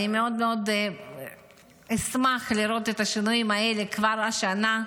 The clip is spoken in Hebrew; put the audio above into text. אני אשמח מאוד לראות את השינויים האלה כבר השנה,